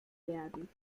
werden